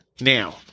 Now